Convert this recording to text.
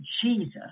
Jesus